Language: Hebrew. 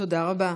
תודה רבה.